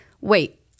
wait